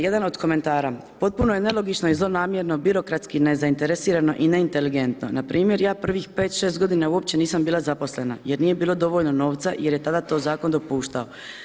Jedan od komentara: potpuno je nelogično i zlonamjerno birokratski nezainteresirano i neinteligentno, npr. ja prvih 5, 6 godina uopće nisam bila zaposlena jer nije bilo dovoljno novca, jer je tada to zakon dopuštao.